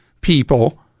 people